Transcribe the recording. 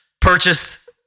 purchased